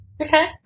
Okay